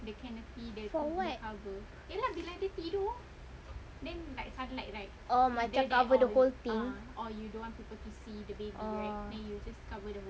for what oh macam cover the whole thing orh